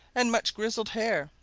and much grizzled hair,